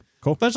Cool